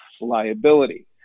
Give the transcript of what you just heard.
liability